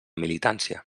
militància